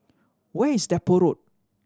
where is Depot Road